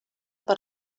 per